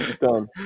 Done